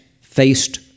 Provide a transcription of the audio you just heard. faced